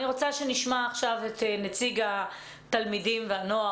אני רוצה שנשמע עכשיו את נציג התלמידים והנוער